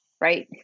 right